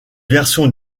version